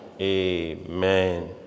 Amen